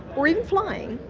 or even flying,